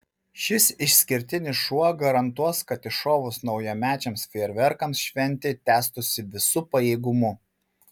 šis išskirtinis šou garantuos kad iššovus naujamečiams fejerverkams šventė tęstųsi visu pajėgumu